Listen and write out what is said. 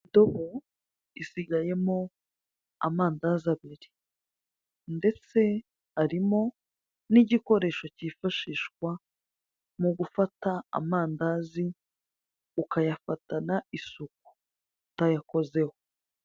Indobo isigayemo amandazi abiri ndetse arimo n'igikoresho kifashishwa mu gufata amandazi mu gufata amandzai ukayafatana isuku utayakozeho.